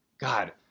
God